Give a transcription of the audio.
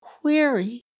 query